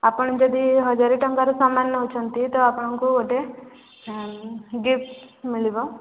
ଆପଣ ଯଦି ହଜାରେ ଟଙ୍କାରେ ସାମାନ ନେଉଛନ୍ତି ତ ଆପଣଙ୍କୁ ଗୋଟେ ଗିଫ୍ଟ ମିଳିବ